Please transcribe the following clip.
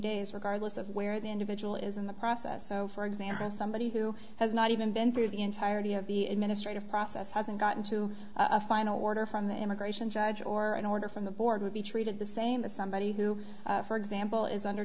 days regardless of where the individual is in the process so for example somebody who has not even been through the entirety of the administrative process hasn't gotten to a final order from the immigration judge or an order from the board would be treated the same as somebody who for example is under